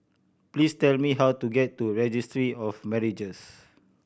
please tell me how to get to Registry of Marriages